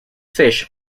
fish